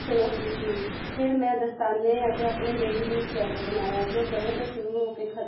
ਚੁਣੌਤੀ ਸੀ ਫਿਰ ਮੈਂ ਦਸਤਾਨੇ ਅਤੇ ਆਪਣੇ ਬੇਬੀ ਲਈ ਸਵੈਟਰ ਬਣਾਇਆ ਜੋ ਗਲੇ ਤੋਂ ਸ਼ੁਰੂ ਹੋ ਕੇ ਖ